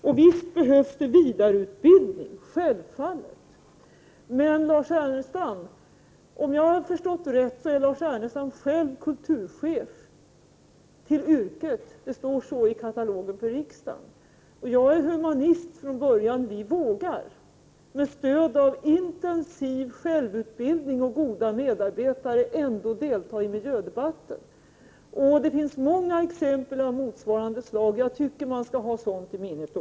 Det behövs självfallet vidareutbildning. Men om jag har förstått saken rätt är Lars Ernestam själv kulturchef till yrket, det står så i riksdagens ledamotsförteckning. Jag är själv humanist från början. Vi vågar, med stöd av intensiv självutbildning och goda medarbetare, ändå delta i miljödebat ten. Det finns många exempel av motsvarande slag. Jag anser att man också skall ha sådant i minnet.